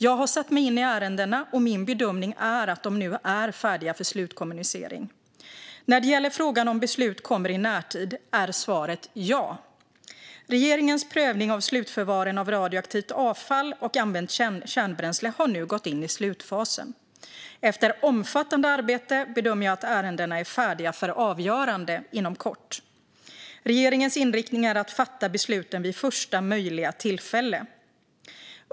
Jag har satt mig in i ärendena, och min bedömning är att de nu är färdiga för slutkommunicering. När det gäller frågan om beslut kommer i närtid är svaret ja. Regeringens prövning av slutförvaren av radioaktivt avfall och använt kärnbränsle har nu gått in i slutfasen. Efter omfattande arbete bedömer jag att ärendena är färdiga för avgörande inom kort. Regeringens inriktning är att fatta besluten vid första möjliga tillfälle.